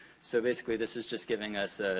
so, basically, this is just giving us,